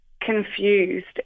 confused